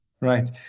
Right